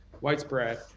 widespread